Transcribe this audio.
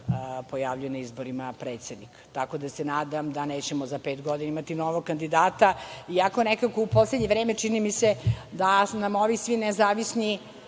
pojavljuju na izborima za predsednika. Tako da se nadam da nećemo za pet godina imati novog kandidata, iako nekako u poslednje vreme čini mi se da nam ovi svi nezavisni